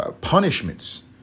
punishments